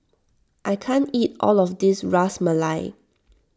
I can't eat all of this Ras Malai